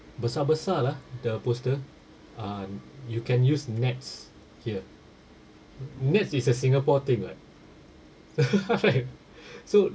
besar-besar lah the poster uh you can use Nets here Nets is a singapore thing [what] right so